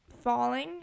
falling